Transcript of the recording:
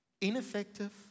ineffective